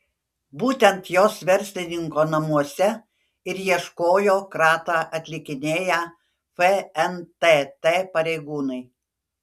būtent jos verslininko namuose ir ieškojo kratą atlikinėję fntt pareigūnai